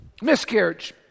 miscarriage